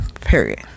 period